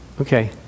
okay